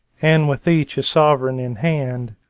and with each a sovereign in hand,